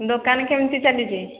ଦୋକାନ କେମିତି ଚାଲିଛି